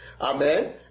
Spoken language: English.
Amen